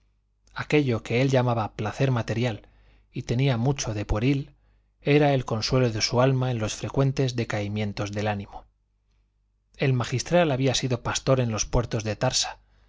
aquello que él llamaba placer material y tenía mucho de pueril era el consuelo de su alma en los frecuentes decaimientos del ánimo el magistral había sido pastor en los puertos de tarsa